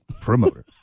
promoter